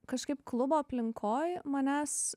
kažkaip klubo aplinkoj manęs